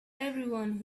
everyone